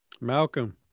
Malcolm